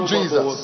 Jesus